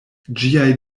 ĝiaj